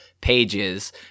pages